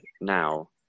now